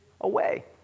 away